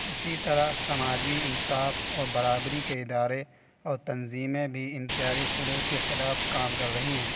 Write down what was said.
اسی طرح سماجی انصاف اور برابری کے ادارے اور تنظیمیں بھی امتیازی سلوک کے خلاف کام کر رہی ہیں